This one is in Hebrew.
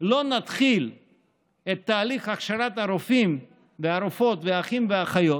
לא נתחיל את תהליך הכשרת הרופאים והרופאות והאחים והאחיות